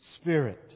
spirit